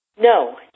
No